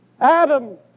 Adam